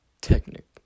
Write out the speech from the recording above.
Technic